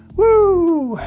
whoo!